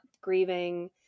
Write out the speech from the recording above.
grieving